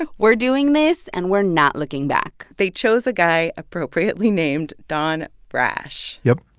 ah we're doing this, and we're not looking back they chose a guy appropriately named don brash yup.